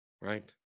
right